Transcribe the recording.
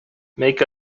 make